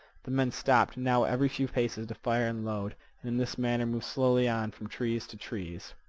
the men stopped now every few paces to fire and load, and in this manner moved slowly on from trees to trees.